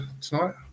tonight